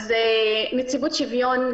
בנציבות השוויון,